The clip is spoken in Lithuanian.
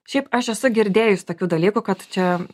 šiaip aš esu girdėjus tokių dalykų kad čia